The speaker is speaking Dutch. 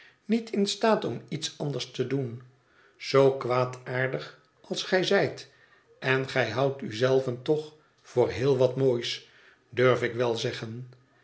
niet in staat om iets anders te doen zoo kwaadaardig als gij zijt en gij houdt u zelven toch voor heel wat moois durf ik wel zeggen